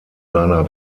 seiner